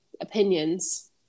opinions